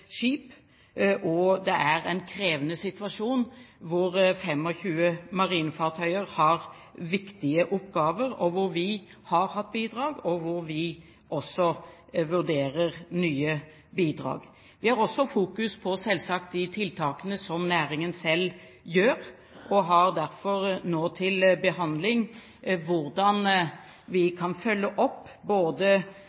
en krevende situasjon hvor 25 marinefartøyer har viktige oppgaver, hvor vi har hatt bidrag, og hvor vi også vurderer nye bidrag. Vi har selvsagt også fokus på de tiltakene som næringen selv gjør, og har derfor nå til behandling hvordan vi